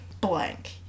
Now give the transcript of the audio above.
blank